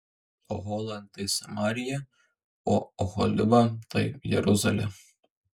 ohola tai samarija o oholiba tai jeruzalė